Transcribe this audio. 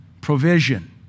provision